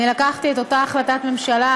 אני לקחתי את אותה החלטת ממשלה,